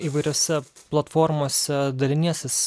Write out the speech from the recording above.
įvairiose platformose daliniesi